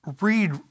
read